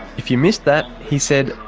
if you missed that, he said,